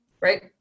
right